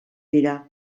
dira